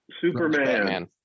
Superman